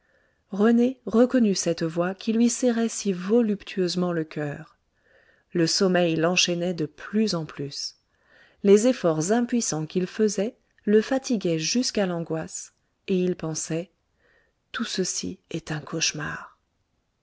rené reconnut cette voix qui lui serrait si voluptueusement le coeur le sommeil l'enchaînait de plus en plus les efforts impuissants qu'il faisait le fatiguaient jusqu'à l'angoisse et pensait tout ceci est un cauchemar